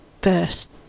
first